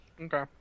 Okay